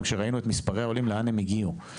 גם ראינו לאן העולים הגיעו מבחינת מספרים.